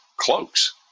cloaks